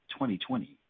2020